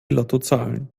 lottozahlen